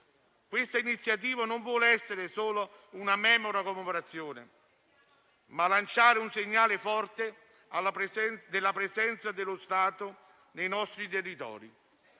Questa iniziativa non vuole solo essere una mera commemorazione, ma anche lanciare un segnale forte della presenza dello Stato nei nostri territori.